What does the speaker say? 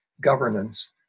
governance